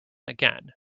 again